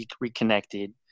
reconnected